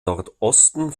nordosten